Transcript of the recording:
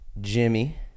Jimmy